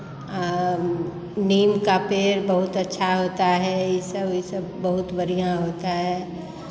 नीम का पेड़ बहुत अच्छा होता है ये सब ये सब बहुत बढ़ियाँ होता है